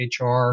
HR